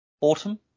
autumn